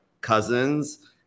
cousins